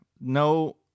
No